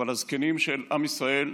אבל הזקנים של עם ישראל,